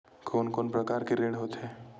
कोन कोन प्रकार के ऋण होथे?